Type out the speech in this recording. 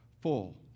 full